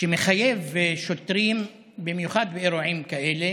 שמחייבת שוטרים במיוחד באירועים כאלה